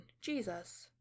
Jesus